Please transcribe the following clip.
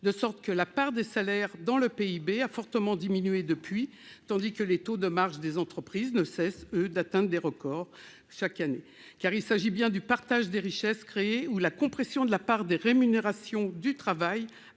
diminution de la part des salaires dans le PIB, tandis que les taux de marge des entreprises ne cessent, eux, d'atteindre des records chaque année. Car il s'agit bien du partage des richesses créées. La compression de la part de rémunération du travail